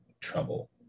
trouble